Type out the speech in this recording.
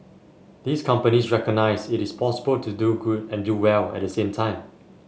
these companies recognise it is possible to do good and do well at the same time